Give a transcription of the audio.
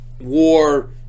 War